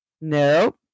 No